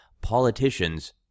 Politicians